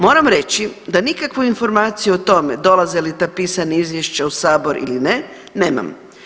Moram reći da nikakvu informaciju o tome dolaze li ta pisana izvješća u sabor ili ne nemam.